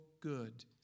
good